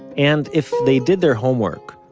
and, if they did their homework,